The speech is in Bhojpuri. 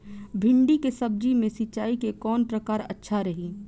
भिंडी के सब्जी मे सिचाई के कौन प्रकार अच्छा रही?